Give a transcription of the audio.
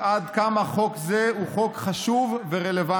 עד כמה חוק זה הוא חוק חשוב ורלוונטי.